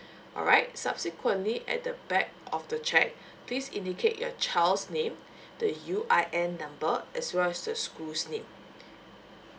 alright subsequently at the back of the cheque please indicate your child's name the U_I_N number as well as the school's name